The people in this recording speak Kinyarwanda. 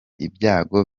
ibyago